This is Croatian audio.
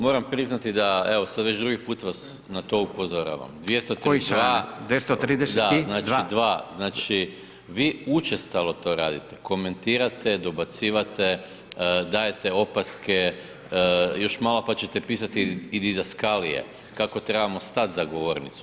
Moram priznati da evo, sad već drugi puta vas na to upozoravam, [[Upadica Radin: Koji članak?]] 232 [[Upadica Radin: 232?]] Da, znači vi učestalo to radite, komentirate, dobacivate, dajete opaske, još malo pa ćete pisati i didaskalije kako trebamo stat za govornicu.